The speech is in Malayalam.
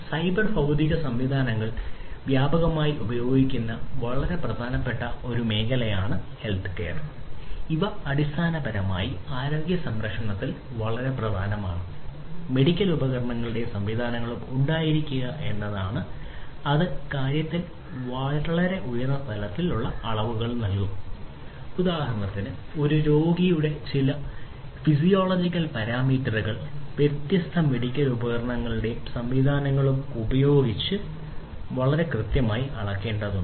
സൈബർ ഭൌതിക സംവിധാനങ്ങൾ വ്യാപകമായി ഉപയോഗിക്കുന്ന വളരെ പ്രധാനപ്പെട്ട ഒരു മേഖലയാണ് ഹെൽത്ത് കെയർ വ്യത്യസ്ത മെഡിക്കൽ ഉപകരണങ്ങളും സംവിധാനങ്ങളും ഉപയോഗിച്ച് വളരെ കൃത്യമായി അളക്കേണ്ടതുണ്ട്